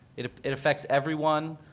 it it affects everyone,